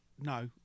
no